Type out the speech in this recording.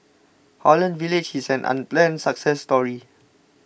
Holland Village is an unplanned success story